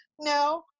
No